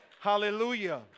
Hallelujah